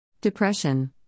Depression